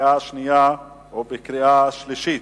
קריאה שנייה וקריאה שלישית.